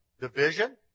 division